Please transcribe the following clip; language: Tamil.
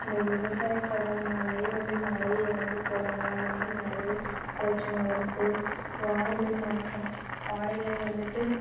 இந்த விவசாய கடன்னாலேயே வந்து நிறைய இறந்து போகிறாங்க அதனாலா நிறைய பிரச்சனை வருது வானிலை மாற்றம் வானிலை வந்துட்டு